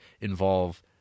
involve